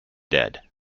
dead